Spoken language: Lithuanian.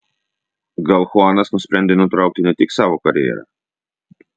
gal chuanas nusprendė nutraukti ne tik savo karjerą